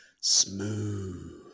Smooth